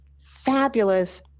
fabulous